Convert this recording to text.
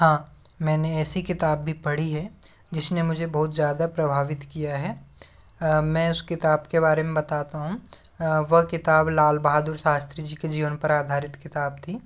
हाँ मैंने ऐसी किताब भी पढ़ी है जिसने मुझे बहुत ज़्यादा प्रभावित किया है मैं उस किताब के बारे में बताता हूँ वह किताब लाल बहादुर शास्त्री जी के जीवन पर आधारित किताब थी